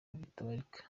bitabarika